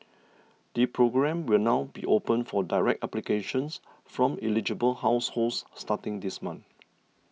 the programme will now be open for direct applications from eligible households starting this month